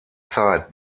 zeit